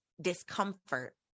discomfort